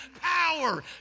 power